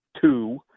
two